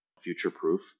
future-proof